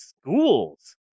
schools